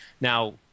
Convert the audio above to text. Now